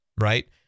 Right